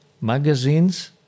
magazines